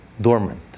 dormant